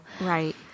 right